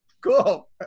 Cool